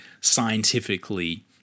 scientifically